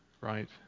right